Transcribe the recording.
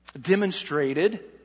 demonstrated